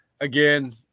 Again